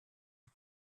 die